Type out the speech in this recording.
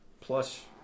plus